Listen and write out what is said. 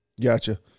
Gotcha